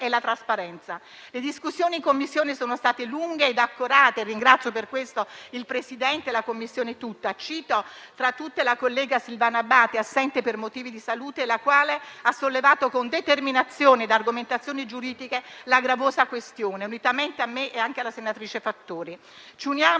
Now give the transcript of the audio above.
e la trasparenza. Le discussioni in Commissione sono state lunghe ed accorate, e ringrazio per questo il Presidente e la Commissione tutta. Cito tra tutte la collega Silvana Abate, assente per motivi di salute, la quale ha sollevato con determinazione e argomentazioni giuridiche la gravosa questione, unitamente a me e alla senatrice Fattori. Ci uniamo